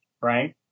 right